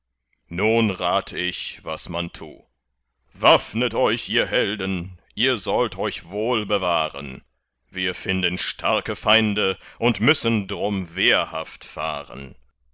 nun rat ich was man tu waffnet euch ihr helden ihr sollt euch wohl bewahren wir finden starke feinde und müssen drum wehrhaft fahren